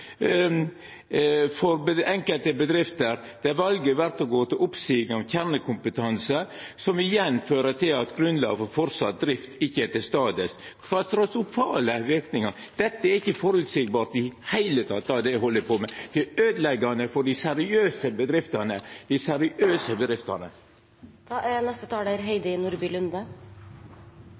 følgjer for enkelte bedrifter, der valet vert å gå til oppseiing av kjernekompetanse, som igjen fører til at grunnlaget for framleis drift ikkje er til stades – katastrofale verknader. Det er ikkje føreseieleg i det heile, det ein held på med. Det er øydeleggjande for dei seriøse bedriftene. Neste taler er representanten Heidi Nordby Lunde.